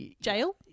jail